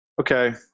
Okay